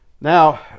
Now